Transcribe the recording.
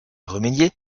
remédier